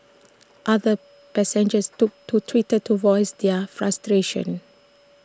other passengers took to Twitter to voice their frustrations